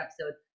episode